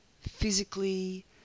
physically